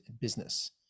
business